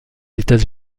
états